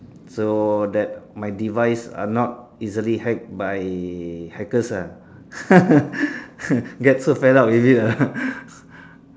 so that my device are not easily hacked by hackers uh get so fed up with it ah